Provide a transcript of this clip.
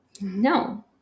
no